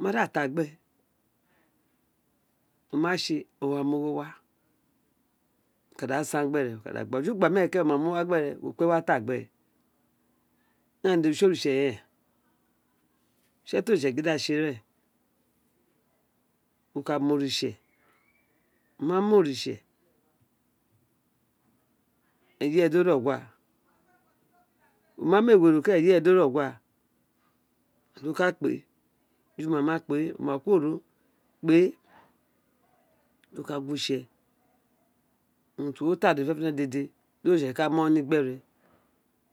Mo ma da ta gbé o me tse o wa mí ogbé we wá oka dá san gbé ré ojo ugba miren dé wo kpe wa ta gbe urun gha ustseoritse rén utse tì oritse gin da tse rén wo kà mi oritse wo cgua wò ma mi èwé ro eye re kerea do ri ọgua do ka kpe eju ma ma kpe ka kuwo itse unente wo ta dede fenefene dede di ori tse ká mr ewo ni gbere